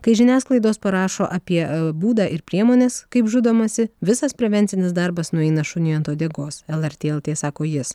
kai žiniasklaidos parašo apie būdą ir priemones kaip žudomasi visas prevencinis darbas nueina šuniui ant uodegos lrt lt sako jis